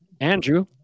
Andrew